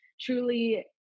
truly